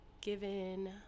given